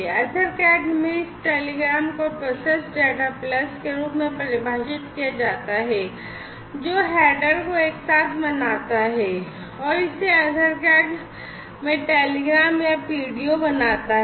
EtherCAT में इस telegram को प्रोसेस्ड डेटा प्लस के रूप में परिभाषित किया जाता है जो हेडर को एक साथ बनाता है और इसे EtherCAT में टेलीग्राम या PDO बनाता है